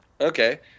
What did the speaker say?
Okay